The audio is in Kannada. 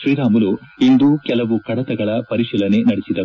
ಶ್ರೀರಾಮುಲು ಇಂದು ಕೆಲವು ಕಡತಗಳ ಪರಿಶೀಲನೆ ನಡೆಸಿದರು